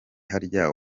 harya